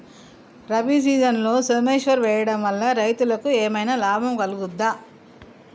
రబీ సీజన్లో సోమేశ్వర్ వేయడం వల్ల రైతులకు ఏమైనా లాభం కలుగుద్ద?